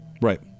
Right